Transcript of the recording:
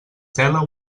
tela